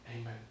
Amen